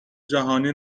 جهانی